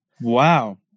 Wow